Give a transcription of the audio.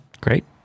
Great